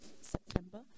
September